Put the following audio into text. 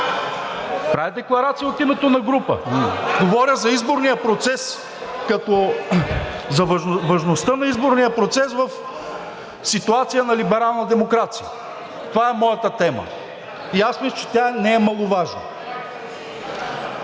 Правя декларация от името на група. Говоря за изборния процес, за важността на изборния процес в ситуация на либерална демокрация. Това е моята тема и аз мисля, че тя не е маловажна.